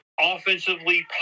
offensively